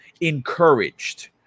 encouraged